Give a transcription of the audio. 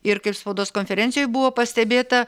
ir kaip spaudos konferencijoj buvo pastebėta